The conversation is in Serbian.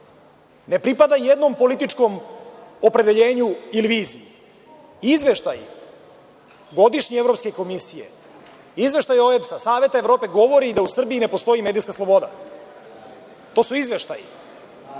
ne pripada jednom političkom opredeljenju ili viziji. Godišnji izveštaji Evropske komisije, izveštaji OEBS-a, Saveta Evrope, govore da u Srbiji ne postoji medijska sloboda. To su izveštaji.